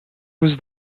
was